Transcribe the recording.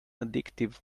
addictive